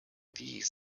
these